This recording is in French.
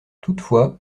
toutefois